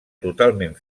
totalment